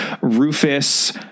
Rufus